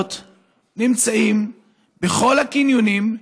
בשבתות נמצאים בכל הקניונים,